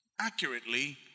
Accurately